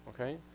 okay